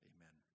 Amen